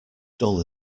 dull